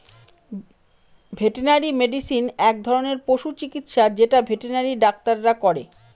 veterinary medicine এক ধরনের পশু চিকিৎসা যেটা ভেটেনারি ডাক্তাররা করে